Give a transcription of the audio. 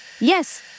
Yes